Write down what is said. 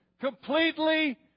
Completely